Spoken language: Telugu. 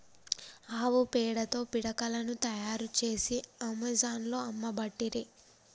ఆవు పేడతో పిడికలను తాయారు చేసి అమెజాన్లో అమ్మబట్టిరి